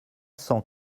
cent